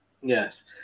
Yes